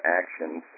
actions